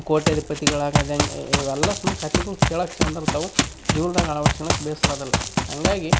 ಕೋಟ್ಯಾಧಿಪತಿಗಳಾಗೋದು ಹೆಂಗೆ ಇವೆಲ್ಲ ಸುಮ್ಮ ಕಥೆಗಳು ಕೇಳೋಕ್ಕೆ ಚೆಂದಿರ್ತಾವೆ ಜೀವನದಾಗೆ ಅಳವಡಿಸ್ಕೊಳೋಕ್ಕೆ ಭೇಷಿರೋದಿಲ್ಲ ಹಂಗಾಗಿ